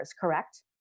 correct